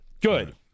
Good